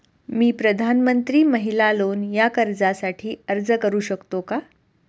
मी प्रधानमंत्री महिला लोन या कर्जासाठी अर्ज करू शकतो का?